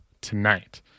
tonight